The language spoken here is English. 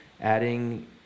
Adding